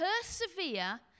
persevere